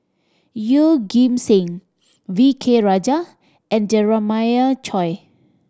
Yeoh Ghim Seng V K Rajah and Jeremiah Choy